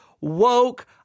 woke